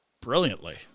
brilliantly